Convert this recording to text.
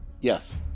Yes